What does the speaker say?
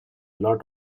lot